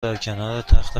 درکنارتخت